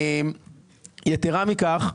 יתר מכך,